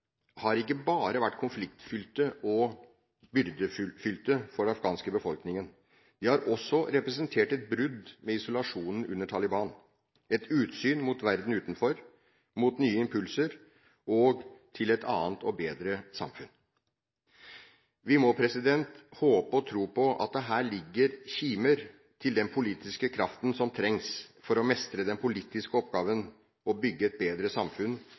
har ikke bare vært konfliktfylte og byrdefylte for den afghanske befolkningen. De har også representert et brudd med isolasjonen under Taliban – et utsyn mot verden utenfor, mot nye impulser og til et annet og bedre samfunn. Vi må håpe og tro på at det her ligger kimer til den politiske kraften som trengs for å mestre den politiske oppgaven å bygge et bedre samfunn